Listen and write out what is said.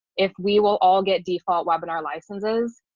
if we will all get default webinar licenses.